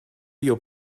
your